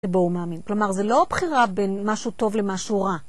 בו הוא מאמין. כלומר, זה לא בחירה בין משהו טוב למשהו רע.